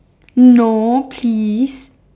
no please